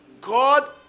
God